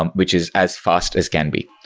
um which is as fast as can be.